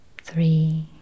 Three